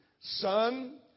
Son